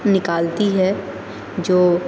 نکالتی ہے جو